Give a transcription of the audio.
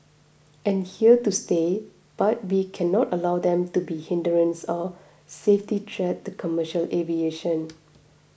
and here to stay but we cannot allow them to be hindrance or safety threat to commercial aviation